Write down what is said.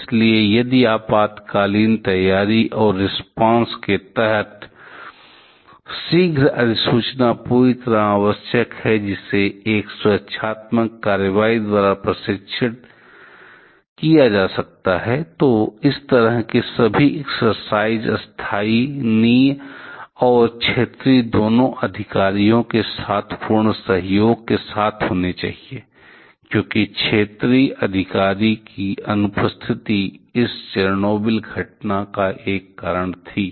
इसलिए यदि आपातकालीन तैयारी और रिस्पॉन्स के तहत शीघ्र अधिसूचना पूरी तरह से आवश्यक है जिसे एक सुरक्षात्मक कार्रवाई द्वारा परीक्षण किया जा सकता है तो इस तरह के सभी एक्सरसाइज स्थानीय और क्षेत्रीय दोनों अधिकारियों के साथ पूर्ण सहयोग के साथ होने चाहिए क्योंकि क्षेत्रीय अधिकारी की अनुपस्थिति इस चेरनोबिल घटना का एक कारण थी